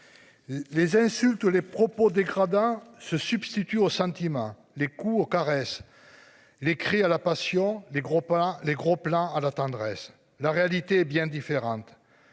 Les insultes, les propos dégradants se substitue aux sentiments les coups aux caresse. L'écrit à la passion des gros pains les gros plan à la tendresse, la réalité est bien différente.